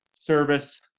service